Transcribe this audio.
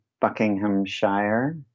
Buckinghamshire